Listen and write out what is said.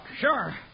Sure